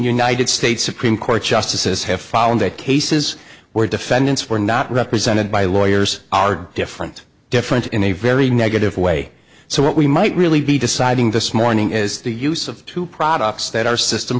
united states supreme court justices have fallen that cases where defendants were not represented by lawyers are different different in a very negative way so what we might really be deciding this morning is the use of two products that our system